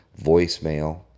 voicemail